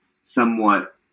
somewhat